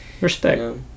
respect